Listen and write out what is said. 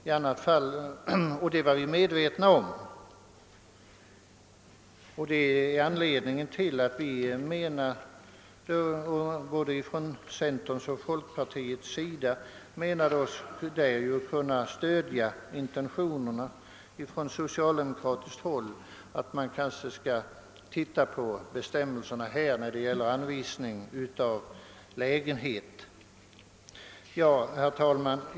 Det var vi ock så medvetna om, och det var det som gjorde att vi från centern och folkpartiet ansåg oss kunna stödja de socialdemokratiska intentionerna att se över bestämmelserna för anvisning av lägenhet. Herr talman!